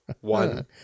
One